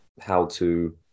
how-to